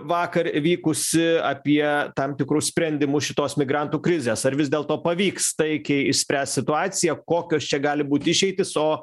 vakar vykusį apie tam tikrų sprendimų šitos migrantų krizės ar vis dėlto pavyks taikiai išspręst situaciją kokios čia gali būt išeitys o